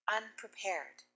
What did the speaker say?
unprepared